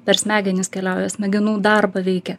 per smegenis keliauja smegenų darbą veikia